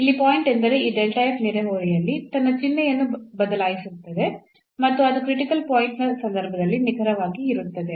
ಇಲ್ಲಿ ಪಾಯಿಂಟ್ ಎಂದರೆ ಈ ನೆರೆಹೊರೆಯಲ್ಲಿ ತನ್ನ ಚಿಹ್ನೆಯನ್ನು ಬದಲಾಯಿಸುತ್ತಿದೆ ಮತ್ತು ಅದು ಕ್ರಿಟಿಕಲ್ ಪಾಯಿಂಟ್ ನ ಸಂದರ್ಭದಲ್ಲಿ ನಿಖರವಾಗಿ ಇರುತ್ತದೆ